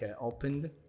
opened